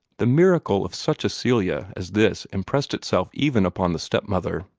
the miracle of such a celia as this impressed itself even upon the step-mother.